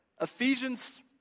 Ephesians